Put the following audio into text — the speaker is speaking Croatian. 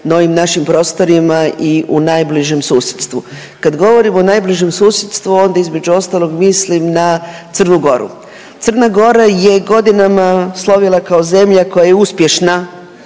ovim našim prostorima i u najbližem susjedstvu. Kad govorim o najbližem susjedstvu onda između ostalog mislim na Crnu Goru. Crna Gora je godinama slovila kao zemlja koja je uspješna